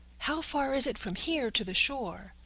how far is it from here to the shore?